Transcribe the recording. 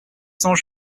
cents